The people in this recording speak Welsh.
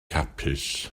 hapus